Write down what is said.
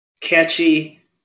catchy